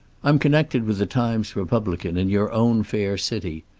i'm connected with the times-republican, in your own fair city.